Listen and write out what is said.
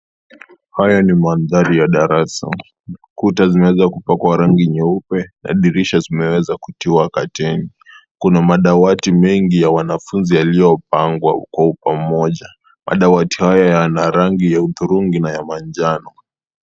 Hayo ni mandhari ya darasa. Kuta zimeweza kupakua rangi nyeupe na dirisha zimeweza kutiwa kateni. Kuna madawati mengi ya wanafunzi yaliyopangwa kewa upamoja. Madawati hayo yana rangi ya udhurungi na ya manjano.